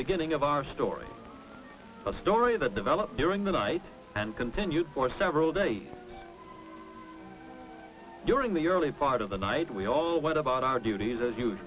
beginning of our story a story that developed during the night and continued for several days during the early part of the night we all went about our duties as